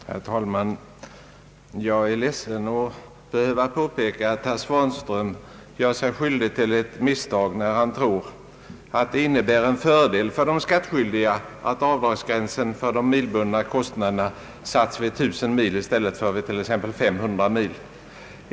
Herr talman! Jag är ledsen att behöva påpeka att herr Svanström gör sig skyldig till ett misstag när han tror att det generellt sett innebär en fördel för de skattskyldiga att gränsen för avdragsrätten för de milbundna kostnaderna sätts vid 1 000 mil i stället för vid exempelvis 500 mil.